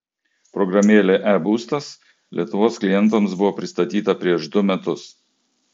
programėlė e būstas lietuvos klientams buvo pristatyta prieš du metus